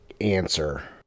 answer